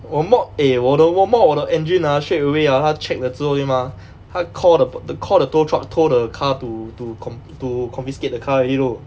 我 modify eh 我的我 modify 我的 engine ah straight away ah 他 check 了之后对吗他 call the call the tow truck tow the car to to con~ to confiscate the car already you know